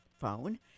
phone